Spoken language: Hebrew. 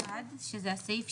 בעד התקופה